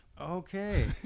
Okay